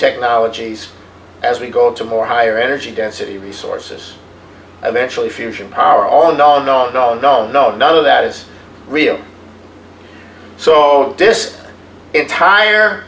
technologies as we go to more higher energy density resources i mean actually fusion power on and on no no no no none of that is real so this entire